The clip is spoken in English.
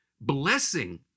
blessing